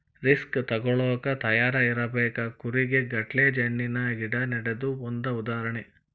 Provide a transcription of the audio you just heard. risk ತುಗೋಳಾಕ ತಯಾರ ಇರಬೇಕ, ಕೂರಿಗೆ ಗಟ್ಲೆ ಜಣ್ಣಿನ ಗಿಡಾ ನೆಡುದು ಒಂದ ಉದಾಹರಣೆ